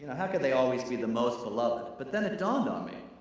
how could they always be the most beloved? but then it dawned on me.